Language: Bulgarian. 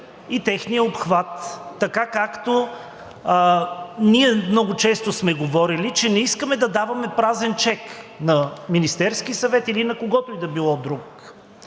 и техният обхват, така както много често сме говорили, че не искаме да даваме празен чек на Министерския съвет или на когото и да било друг.